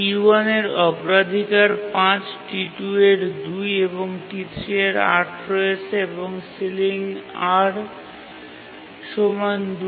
T1 এর অগ্রাধিকার ৫ T2 এর ২ এবং T3 এর ৮ রয়েছে এবং ceiling2